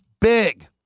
big